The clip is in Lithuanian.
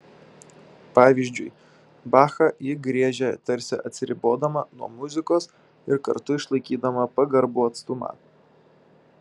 pavyzdžiui bachą ji griežia tarsi atsiribodama nuo muzikos ir kartu išlaikydama pagarbų atstumą